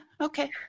okay